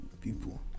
people